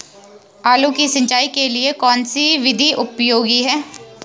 आलू की सिंचाई के लिए कौन सी विधि उपयोगी है?